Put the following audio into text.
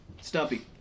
Stumpy